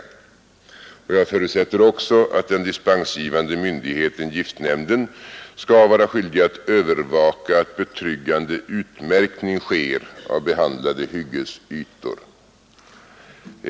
Jag förutsätter också att den dispensgivande myndigheten, giftnämnden, skall vara skyldig att övervaka att betryggande utmärkning sker av behandlade hyggesytor.